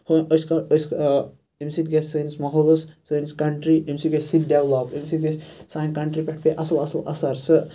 امہِ سۭتۍ گَژھِ سٲنِس ماحولَس سٲنِس کَنٹری امہِ سۭتۍ گَژھِ سُہ تہِ ڈیٚولَپ امہِ سۭتۍ گَژھِ سانہِ کَنٹری پیٚٹھ پیٚیہِ اَصل اَصل اَثَر سُہ